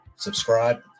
subscribe